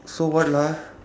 so what lah